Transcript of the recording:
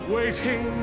Waiting